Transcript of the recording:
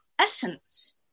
essence